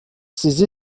ces